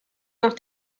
nach